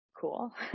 cool